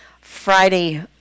Friday